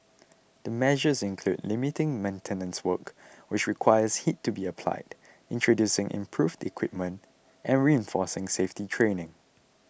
the measures include limiting maintenance work which requires heat to be applied introducing improved equipment and reinforcing safety training